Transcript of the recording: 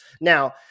Now